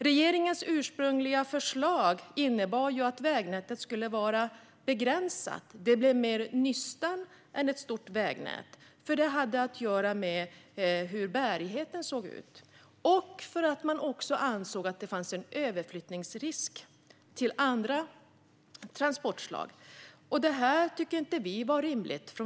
Regeringens ursprungliga förslag innebar att vägnätet skulle vara begränsat. Det blev mer som ett nystan än ett stort vägnät. Det hade att göra med bärigheten. Man ansåg också att det fanns en överflyttningsrisk till andra transportslag. Vi från vår sida tyckte inte att det var rimligt.